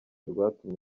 rwatumye